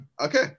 okay